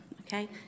okay